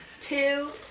Two